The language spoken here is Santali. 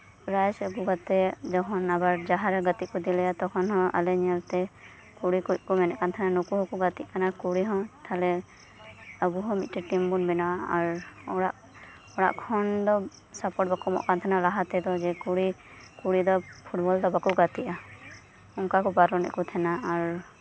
ᱯᱨᱟᱭᱤᱡᱽ ᱟᱜᱩ ᱠᱟᱛᱮᱫ ᱡᱚᱠᱷᱚᱱ ᱟᱵᱟᱨ ᱡᱟᱦᱟᱸᱨᱮ ᱜᱟᱛᱮᱜ ᱠᱚ ᱤᱫᱤᱞᱮᱭᱟ ᱛᱚᱠᱷᱚᱱ ᱦᱚᱸ ᱟᱞᱮ ᱧᱮᱞ ᱛᱮ ᱠᱩᱲᱤ ᱠᱷᱚᱱ ᱠᱚ ᱢᱮᱱᱮᱫ ᱠᱟᱱ ᱛᱟᱦᱮᱸᱫᱼᱟ ᱱᱩᱠᱩ ᱦᱚᱸᱠᱚ ᱜᱟᱛᱮᱜ ᱠᱟᱱᱟ ᱠᱩᱲᱤ ᱦᱚᱸ ᱛᱟᱦᱞᱮ ᱟᱵᱚ ᱦᱚᱸ ᱢᱤᱫ ᱴᱮᱡ ᱴᱤᱢ ᱵᱚᱱ ᱵᱮᱱᱟᱣᱟ ᱟᱨ ᱚᱲᱟᱜ ᱚᱲᱟᱜ ᱠᱷᱚᱱ ᱫᱚ ᱥᱟᱯᱚᱴ ᱵᱟᱠᱚ ᱮᱢᱚᱜ ᱠᱟᱱ ᱛᱟᱦᱮᱸᱫᱼᱟ ᱞᱟᱦᱟ ᱛᱮᱫᱚ ᱡᱮ ᱠᱩᱲᱤ ᱠᱩᱲᱤ ᱫᱚ ᱯᱷᱩᱴᱵᱚᱞ ᱫᱚ ᱵᱟᱠᱚ ᱜᱟᱛᱮᱜᱼᱟ ᱚᱱᱠᱟ ᱠᱚ ᱵᱟᱨᱚᱱᱮᱫ ᱠᱚ ᱛᱟᱦᱮᱸᱫᱼᱟ ᱟᱨ